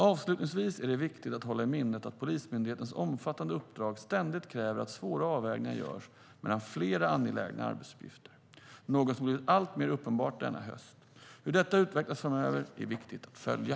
Avslutningsvis är det viktigt att hålla i minnet att Polismyndighetens omfattande uppdrag ständigt kräver att svåra avvägningar görs mellan flera angelägna arbetsuppgifter - något som blivit alltmer uppenbart denna höst. Hur detta utvecklas framöver är viktigt att följa.